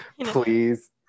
Please